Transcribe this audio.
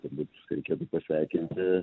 turbūtreikėtų pasveikinti